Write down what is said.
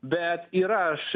bet yra aš